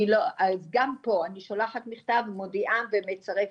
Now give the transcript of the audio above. גם פה, אני שולחת מכתב, מודיעה ומצרפת.